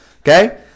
Okay